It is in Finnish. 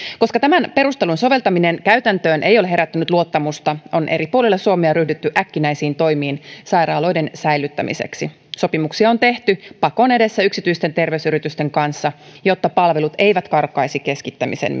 koska tämän perustelun soveltaminen käytäntöön ei ole herättänyt luottamusta on eri puolilla suomea ryhdytty äkkinäisiin toimiin sairaaloiden säilyttämiseksi sopimuksia on tehty pakon edessä yksityisten terveysyritysten kanssa jotta palvelut eivät karkaisi keskittämisen